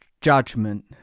judgment